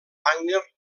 wagner